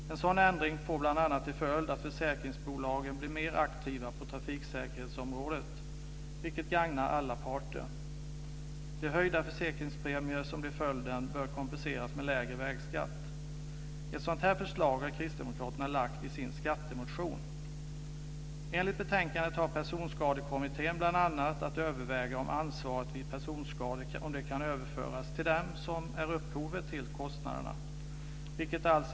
En sådan ändring får bl.a. till följd att försäkringsbolagen blir mer aktiva på trafiksäkerhetsområdet, vilket gagnar alla parter. De höjda försäkringspremier som blir följden bör kompenseras med lägre vägskatt. Ett sådant förslag har kristdemokraterna lagt fram i sin skattemotion. Enligt betänkandet har Personskadekommittén bl.a. att överväga om ansvaret vid personskador kan överföras till dem som är upphov till kostnaderna.